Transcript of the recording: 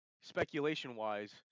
speculation-wise